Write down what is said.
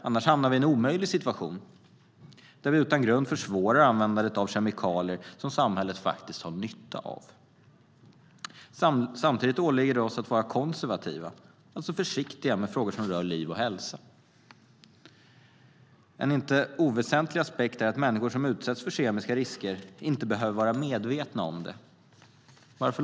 Annars hamnar vi i en omöjlig situation där vi utan grund försvårar användandet av kemikalier som samhället faktiskt har nytta av. Samtidigt åligger det oss att vara konservativa, alltså försiktiga, med frågor som rör liv och hälsa. En inte oväsentlig aspekt är att människor som utsätts för kemiska risker inte behöver vara medvetna om det.